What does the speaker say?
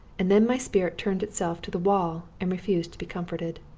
and then my spirit turned itself to the wall and refused to be comforted.